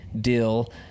deal